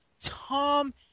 Tom